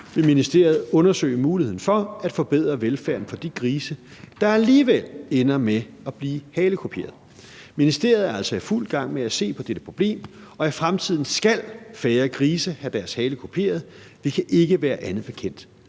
vil ministeriet undersøge muligheden for at forbedre velfærden for de grise, der alligevel ender med at blive halekuperet. Ministeriet er altså i fuld gang med at se på dette problem, og i fremtiden skal færre grise have deres hale kuperet. Vi kan ikke være andet bekendt.